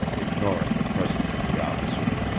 ignoring the presence of the officers.